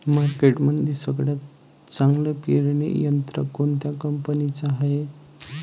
मार्केटमंदी सगळ्यात चांगलं पेरणी यंत्र कोनत्या कंपनीचं हाये?